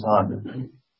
time